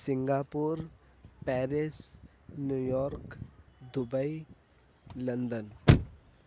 Singapore Paris New York Dubai London